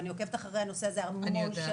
ואני עוקבת אחרי הנושא הזה המון שנים,